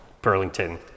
Burlington